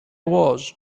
was